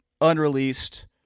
unreleased